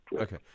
Okay